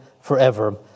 forever